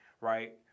right